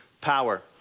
power